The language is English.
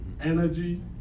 Energy